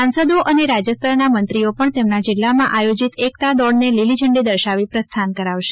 સાંસદો અને રાજયસ્તરના મંત્રીઓ પણ તેમના જિલ્લામાં આયોજીત એકતા દોડને લીલી ઝંડી દર્શાવી પ્રસ્થાન કરાવશે